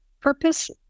purpose